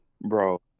bro